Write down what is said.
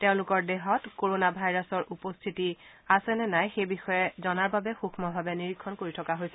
তেওঁলোকৰ দেহত ক'ৰণা ভাইৰাছৰ উপস্থিতি আছে নে নাই সেই বিষয়ে জনাৰ বাবে সূক্ষভাৱে নিৰীক্ষণ কৰি থকা হৈছে